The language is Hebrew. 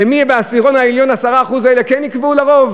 ומי, בעשירון העליון, 10% האלה כן יקבעו לרוב?